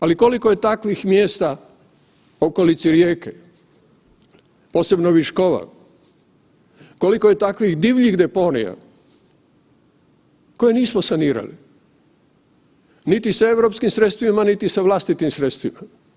Ali koliko je takvih mjesta u okolici Rijeke, posebno Viškova, koliko je takvih divljih deponija koje nismo sanirali niti sa europskim sredstvima niti sa vlastitim sredstvima.